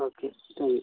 okay thank you